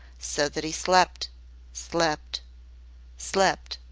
so that he slept slept slept?